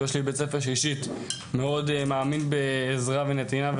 יש לי בית ספר שמאוד מאמין בעזרה ונתינה,